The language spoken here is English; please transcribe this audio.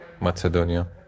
Macedonia